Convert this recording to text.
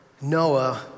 Noah